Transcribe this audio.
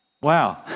Wow